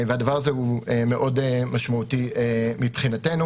והדבר הזה הוא מאוד משמעותי מבחינתנו